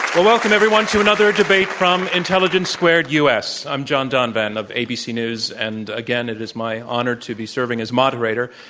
welcome everyone to another debate from intelligence squared, u. s. i'm john donvan of abc news and again, it is my honor to be serving as moderator.